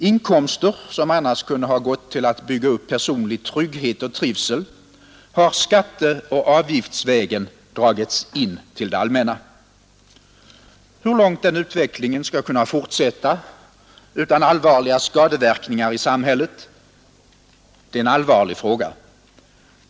Inkomster som annars kunde ha gått till att bygga upp personlig trygghet och trivsel har skatteoch avgiftsvägen dragits in till det allmänna. Hur långt den utvecklingen skall kunna fortsätta utan allvarliga skadeverkningar i samhället är en allvarlig fråga.